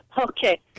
Okay